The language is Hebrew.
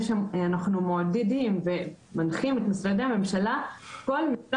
אנחנו מעודדים ומנחים את משרדי הממשלה שכל משרה